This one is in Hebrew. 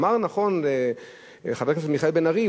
אמר נכון חבר הכנסת מיכאל בן-ארי,